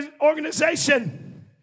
organization